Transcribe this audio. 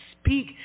speak